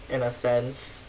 in a sense